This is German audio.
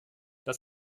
das